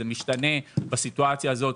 זה משתנה בסיטואציה הזאת,